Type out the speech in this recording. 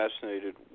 fascinated